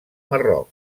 marroc